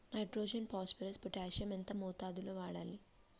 Nitrogen phosphorus potassium ఎంత మోతాదు లో వాడాలి?